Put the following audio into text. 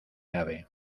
nave